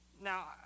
Now